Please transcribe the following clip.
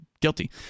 Guilty